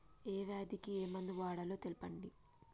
ఏ వ్యాధి కి ఏ మందు వాడాలో తెల్పండి?